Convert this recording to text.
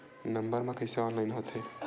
Number मा कइसे online होथे?